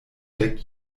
dek